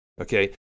Okay